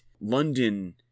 London